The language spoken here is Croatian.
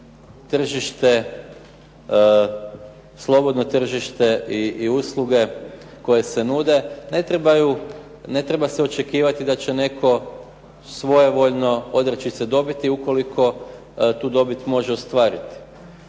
tržište, slobodno tržište i usluge koje se nude ne treba se očekivati da će netko svojevoljno odreći se dobiti ukoliko tu dobit može ostvariti.